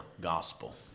gospel